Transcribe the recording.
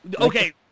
Okay